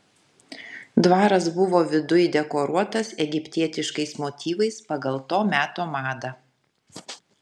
dvaras buvo viduj dekoruotas egiptietiškais motyvais pagal to meto madą